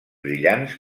brillants